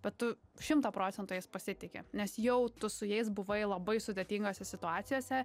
bet tu šimtą procentų jais pasitiki nes jau tu su jais buvai labai sudėtingose situacijose